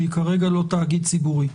שהיא כרגע לא תאגיד ציבורי.